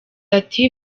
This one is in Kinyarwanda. ati